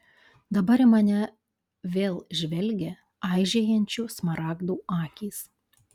dabar į mane vėl žvelgė aižėjančių smaragdų akys